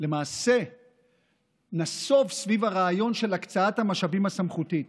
למעשה נסבה על הרעיון של הקצאת המשאבים הסמכותית,